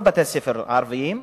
כל בתי-הספר הערביים,